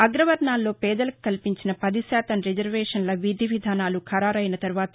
అగ్రవర్ణాల్లో పేదలకు కల్పించిన పది శాతం రిజర్వేషన్ల విధి విధానాలు ఖరారైన తరువాత